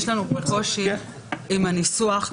יש לנו קושי עם הניסוח.